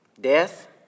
Death